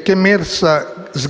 diversi, se non opposti.